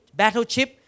battleship